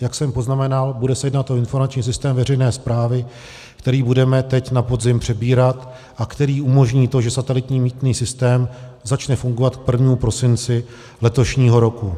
Jak jsem poznamenal, bude se jednat o informační systém veřejné správy, který budeme teď na podzim přebírat a který umožní to, že satelitní mýtný systém začne fungovat k 1. prosinci letošního roku.